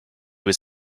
was